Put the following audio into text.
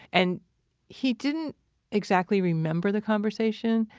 and he didn't exactly remember the conversation.